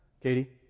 Katie